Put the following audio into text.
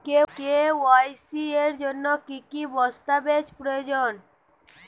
KYC এর জন্যে কি কি দস্তাবেজ প্রয়োজন?